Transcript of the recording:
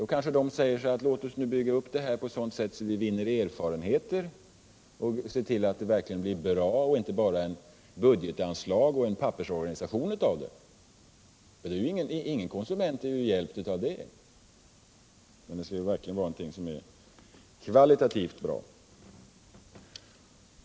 De kanske säger: Låt oss nu bygga ut på sådant sätt att vi vinner erfarenhet och ser till att det verkligen blir bra och inte bara ett budgetanslag och en pappersorganisation av det hela —- ingen konsument är ju hjälpt av det.